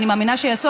ואני מאמינה שייעשו,